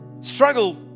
Struggle